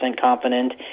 confident